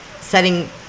setting